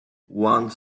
one